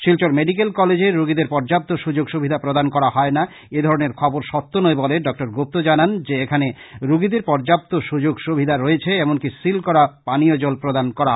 Silchar medical কলেজে রোগীদের পর্য্যপ্ত সুযোগ সুবিধা প্রদান করা হয় না এধরনের খবর সত্য নয় বলে ডক্টর গুপ্ত জানান যে এখানে রোগীদের পর্য্যপ্ত সুযোগ সবিধা রয়েছে এমনকি সিল করা পানিয় জল প্রদান করা হয়